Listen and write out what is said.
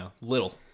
little